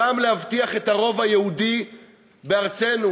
גם להבטיח את הרוב היהודי בארצנו.